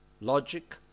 logic